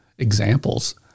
examples